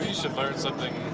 should learn something